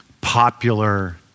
popular